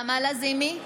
נעמה לזימי,